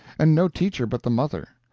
and no teacher but the mother.